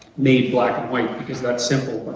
made black-and-white, because that's simple.